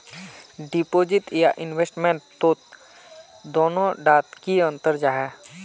Deposit या investment तोत दोनों डात की अंतर जाहा?